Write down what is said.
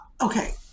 okay